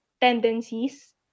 tendencies